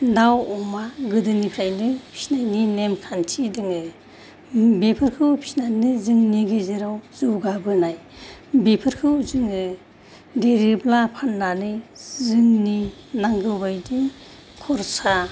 दाउ अमा गोदोनिफ्रायनो फिनायनि नेम खान्थि दोङो बेफोरखौ फिनानैनो जोंनि गेजेराव जौगाबोनाय बेफोरखो जोङो देरोब्ला फाननानै जोंनि नांगौ बादि खरसा